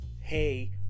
hey